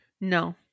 No